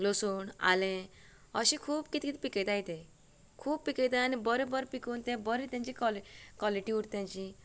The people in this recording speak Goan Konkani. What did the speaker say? लसूण आलें अशें खूब कितें कितें पिकयताय तें खूब पिकयतात आनी बरें बरें पिकोवन ते बरें तेंची कॉ कॉलिटी उरता तेजी